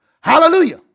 Hallelujah